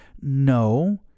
no